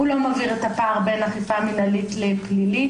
הוא לא מבהיר את הפער בין אכיפה מינהלית לפלילית